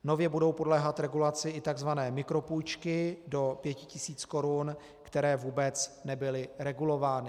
Nově budou podléhat regulaci i tzv. mikropůjčky do 5 tis. korun, které vůbec nebyly regulovány.